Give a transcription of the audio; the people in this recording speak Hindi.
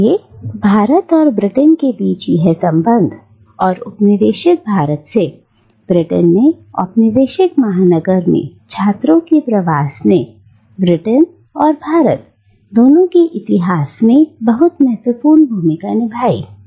इसलिए भारत और ब्रिटेन के बीच यह संबंध और उपनिवेशित भारत से ब्रिटेन में औपनिवेशिक महानगर में छात्रों के प्रवास ने ब्रिटेन और भारत दोनों के इतिहास में बहुत महत्वपूर्ण भूमिका निभाई है